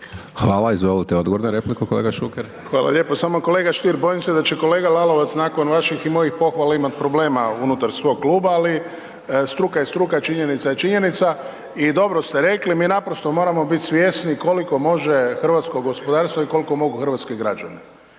Hvala. Izvolite odgovor na repliku kolega Šuker. **Šuker, Ivan (HDZ)** Hvala lijepo. Samo kolega Stier bojim se da će kolega Lalovac nakon vaših i mojih pohvala imati problema unutar svog kluba, ali struka je struka, činjenica je činjenica i dobro ste rekli, mi naprosto moramo biti svjesni koliko može hrvatsko gospodarstvo i koliko mogu hrvatski građani.